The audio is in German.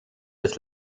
des